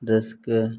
ᱨᱟᱹᱥᱠᱟᱹ